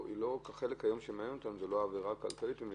החלק היום שמאיים עלינו במיוחד זה לא העבירה הכלכלית.